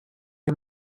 him